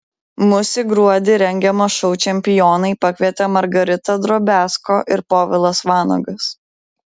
mus į gruodį rengiamą šou čempionai pakvietė margarita drobiazko ir povilas vanagas